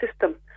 system